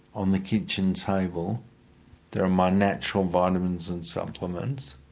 on the kitchen table there are my natural vitamins and supplements,